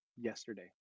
yesterday